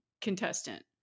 contestant